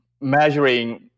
measuring